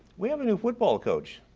we have a new football coach,